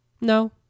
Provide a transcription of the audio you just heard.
No